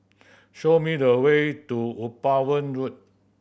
show me the way to Upavon Road